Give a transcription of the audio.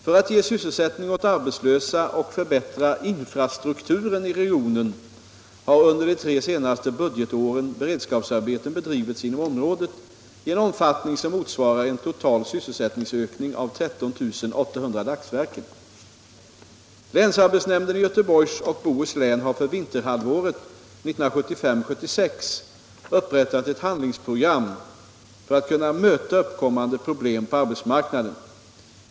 För att ge sysselsättning åt arbetslösa och förbättra infrastrukturen i regionen har under de tre senaste budgetåren beredskapsarbeten bedrivits inom området i en omfattning som motsvarar en total sysselsättningsökning av ca 13 800 dagsverken. Länsarbetsnämnden i Göteborgs och Bohus län har för vinterhalvåret 1975/76 upprättat ett handlingsprogram för att kunna möta uppkommande problem på arbetsmarknaden.